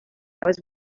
was